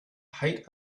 height